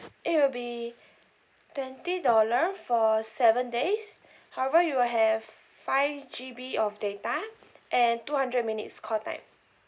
it will be twenty dollar for seven days however you will have five G_B of data and two hundred minutes call time